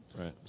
right